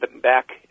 back